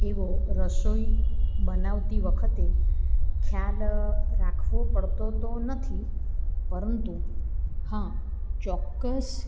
એવો રસોઈ બનાવતી વખતે ખ્યાલ રાખવો પડતો તો નથી પરંતુ હા ચોક્કસ